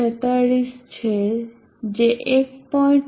46 છે જે 1